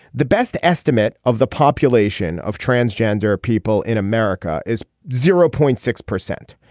the best estimate of the population of transgender people in america is zero point six percent.